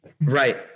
right